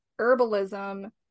herbalism